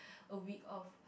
a week of